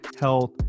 health